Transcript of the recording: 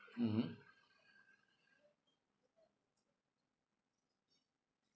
mmhmm